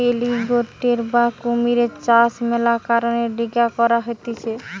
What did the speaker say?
alligator বা কুমিরের চাষ মেলা কারণের লিগে করা হতিছে